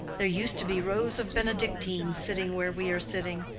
there used to be rows of benedictines sitting where we are sitting.